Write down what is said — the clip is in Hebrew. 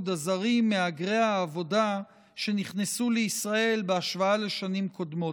הזרים מהגרי העבודה שנכנסו לישראל בהשוואה לשנים קודמות.